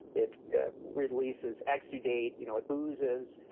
it yeah releases exudate, you know it oozes,